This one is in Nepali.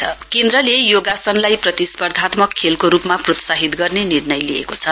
मायुष योगासन केन्द्रले योगासनलाई प्रतिस्पर्धात्मक खेलको रूपमा प्रोत्साहित गर्ने निर्णय लिएको छ